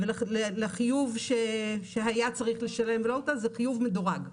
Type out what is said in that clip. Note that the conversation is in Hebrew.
ולחיוב שהיה צריך לשלם, וזה חיוב מדורג.